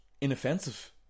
inoffensive